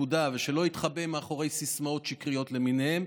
שלא יתחבא מאחורי סיסמאות שקריות למיניהן,